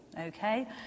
okay